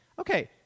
Okay